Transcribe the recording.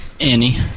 Annie